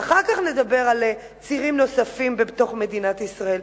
ואחר כך נדבר על צירים נוספים בתוך מדינת ישראל.